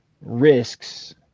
risks